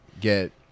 get